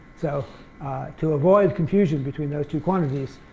so to avoid confusion between those two quantities,